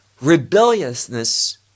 rebelliousness